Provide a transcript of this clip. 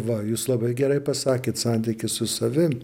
va jūs labai gerai pasakėt santykis su savim